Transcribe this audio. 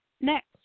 next